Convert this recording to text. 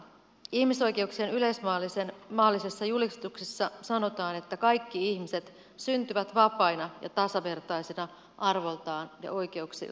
ihmisoikeuksien yleismaailmallisessa julistuksessa sanotaan että kaikki ihmiset syntyvät vapaina ja tasavertaisina arvoltaan ja oikeuksiltaan